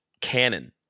Canon